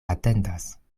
atendas